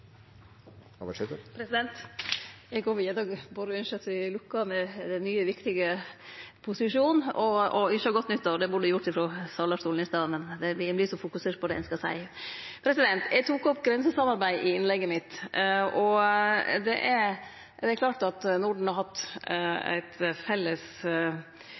og ønskje godt nyttår. Det burde eg gjort frå talarstolen i stad, men ein vert så fokusert på det ein skal seie. Eg tok opp grensesamarbeid i innlegget mitt. Norden har hatt ein felles passfridom internt, og no har me ein mellombels eller tidsavgrensa grensekontroll som dei nordiske landa, med nokre fleire, har